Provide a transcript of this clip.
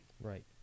Right